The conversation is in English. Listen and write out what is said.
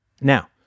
Now